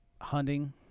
hunting